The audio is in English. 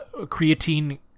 creatine